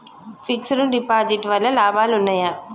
Fix డ్ deposit వల్ల లాభాలు ఉన్నాయి?